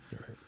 right